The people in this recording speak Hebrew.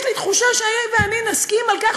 ויש לי תחושה שהיא ואני נסכים על כך